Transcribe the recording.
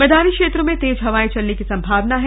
मैदानी क्षेत्रों में तेज हवाएं चलने की संभावना है